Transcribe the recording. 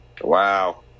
Wow